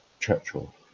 Churchill